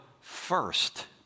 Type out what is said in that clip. first